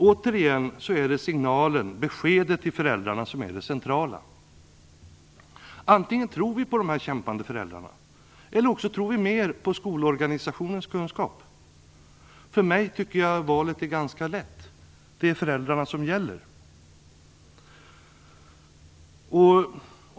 Återigen är det signalen och beskedet till föräldrarna som är det centrala. Antingen tror vi på dessa kämpande föräldrar, eller så tror vi mer på skolorganisationens kunskap. För mig är valet ganska lätt. Det är föräldrarna som gäller.